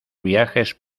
viajes